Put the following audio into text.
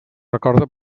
recorda